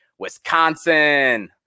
Wisconsin